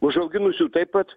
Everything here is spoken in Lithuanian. užauginusių taip pat